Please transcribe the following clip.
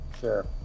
sure